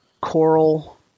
coral